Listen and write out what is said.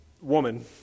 woman